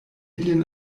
lin